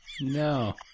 No